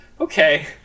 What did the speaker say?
Okay